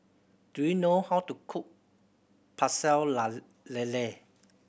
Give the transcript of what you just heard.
do you know how to cook pecel la lele